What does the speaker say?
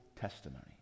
testimony